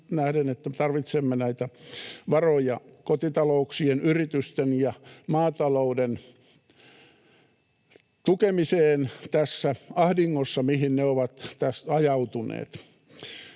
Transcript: että tarvitsemme näitä varoja kotitalouksien, yritysten ja maatalouden tukemiseen tässä ahdingossa, mihin ne ovat tässä ajautuneet.